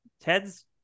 ted's